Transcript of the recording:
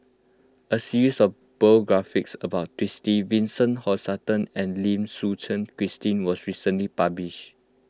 a series of biographies about Twisstii Vincent Hoisington and Lim Suchen Christine was recently published